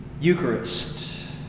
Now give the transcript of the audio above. Eucharist